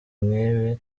nkibi